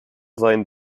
seinen